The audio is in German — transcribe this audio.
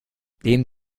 leben